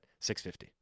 650